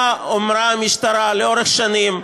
מה אמרה המשטרה לאורך שנים?